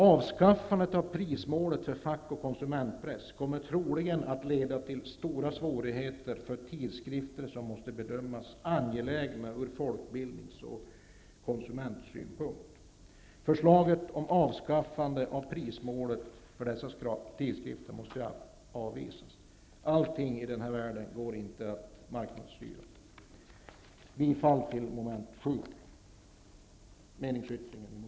Avskaffandet av prismålet för fack och konsumentpress kommer troligen att leda till stora svårigheter för tidskrifter som måste bedömas angelägna ur folkbildnings och konsumentsynpunkt. Förslaget om avskaffandet av prismålet för dessa tidskrifter måste avvisas. Det går inte att marknadsstyra allt här i världen.